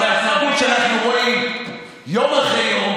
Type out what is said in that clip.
אבל אנחנו רואים יום אחרי יום,